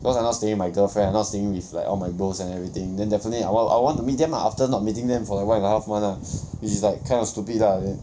cause I not staying with my girlfriend I not staying with like all my bros and everything then definitely I will I would want to meet them ah after not meeting them for one and a half month ah which is like kind of stupid lah and